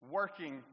working